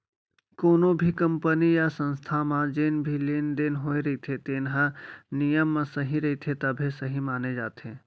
कोनो भी कंपनी य संस्था म जेन भी लेन देन होए रहिथे तेन ह नियम म सही रहिथे तभे सहीं माने जाथे